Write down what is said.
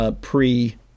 pre